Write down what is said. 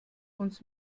uns